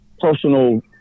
personal